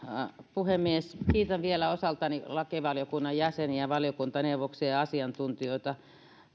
puhemies kiitän vielä osaltani lakivaliokunnan jäseniä valiokuntaneuvoksia ja asiantuntijoita